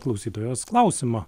klausytojos klausimą